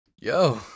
Yo